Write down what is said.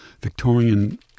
Victorian